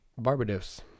Barbados